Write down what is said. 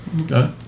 Okay